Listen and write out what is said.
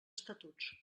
estatuts